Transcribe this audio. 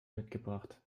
mitgebracht